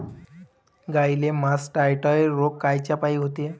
गाईले मासटायटय रोग कायच्यापाई होते?